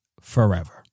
forever